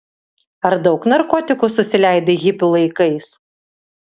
ar daug narkotikų susileidai hipių laikais